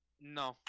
No